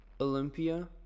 Olympia